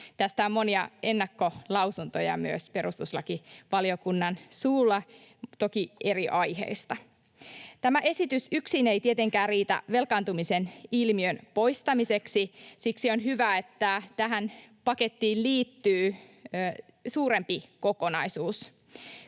Tästä on monia ennakkolausuntoja myös perustuslakivaliokunnan suulla, toki eri aiheista. Tämä esitys yksin ei tietenkään riitä velkaantumisen ilmiön poistamiseksi. Siksi on hyvä, että tähän pakettiin liittyy suurempi kokonaisuus,